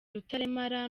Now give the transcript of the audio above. rutaremara